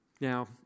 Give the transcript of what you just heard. Now